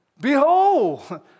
Behold